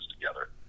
together